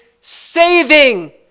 saving